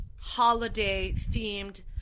holiday-themed